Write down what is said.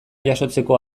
jasotzeko